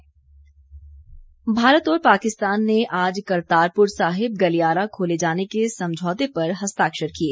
Kartarpur corridor Bharat और पाकिस्तान ने आज करतारपुर साहिब गलियारा खोले जाने के समझौते पर हस्ताक्षर किए